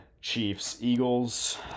Chiefs-Eagles